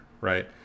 Right